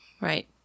Right